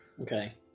Okay